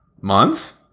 months